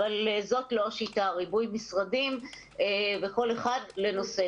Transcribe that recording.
אבל זאת לא השיטה, ריבוי משרדים וכל אחד לנושא.